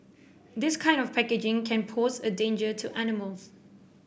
this kind of packaging can pose a danger to animals